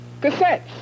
cassettes